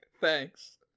Thanks